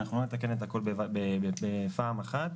אנחנו לא נתקן את הכול בפעם אחת.